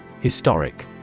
Historic